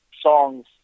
songs